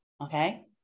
Okay